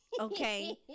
Okay